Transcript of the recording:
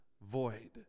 void